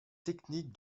technique